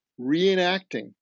reenacting